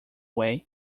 way